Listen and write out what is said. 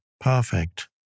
perfect